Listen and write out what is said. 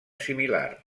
similar